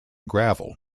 gravel